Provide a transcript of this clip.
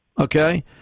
Okay